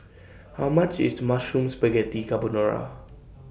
How much IS Mushroom Spaghetti Carbonara